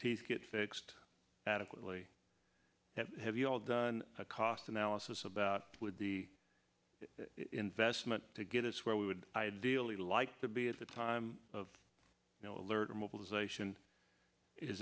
get fixed adequately have you all done a cost analysis about would be investment to get us where we would ideally like to be at the time of you know alert or mobilization is